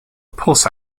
pulse